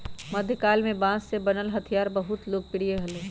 मध्यकाल में बांस से बनल हथियार बहुत लोकप्रिय हलय